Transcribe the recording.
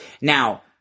Now